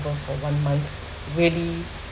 of the one month really